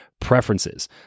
preferences